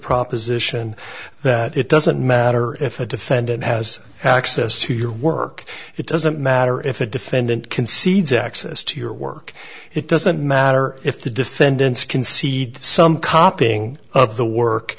proposition that it doesn't matter if a defendant has access to your work it doesn't matter if a defendant concedes access to your work it doesn't matter if the defendants concede some copying of the work